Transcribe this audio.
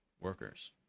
workers